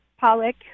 Pollock